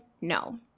No